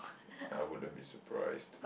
I wouldn't be surprised